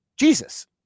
Jesus